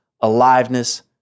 aliveness